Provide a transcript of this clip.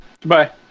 Goodbye